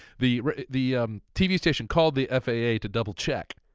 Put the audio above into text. the the tv station called the faa to double check,